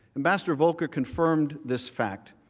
investor vocal confirmed this fact,